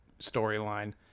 storyline